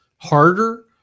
harder